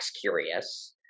curious